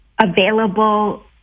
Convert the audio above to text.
available